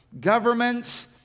governments